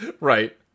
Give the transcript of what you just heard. Right